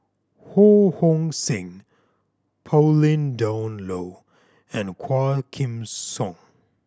Ho Hong Sing Pauline Dawn Loh and Quah Kim Song